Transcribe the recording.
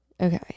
Okay